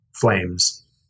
flames